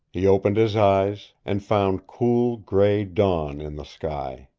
he opened his eyes, and found cool, gray dawn in the sky.